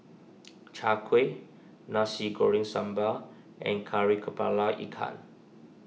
Chai Kueh Nasi Goreng Sambal and Kari Kepala Ikan